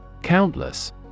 Countless